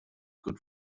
good